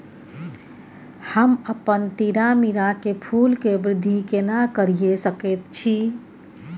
हम अपन तीरामीरा के फूल के वृद्धि केना करिये सकेत छी?